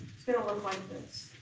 gonna look like this.